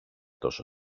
τόσο